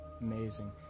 Amazing